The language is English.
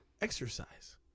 exercise